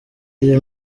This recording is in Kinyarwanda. iyi